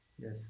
Yes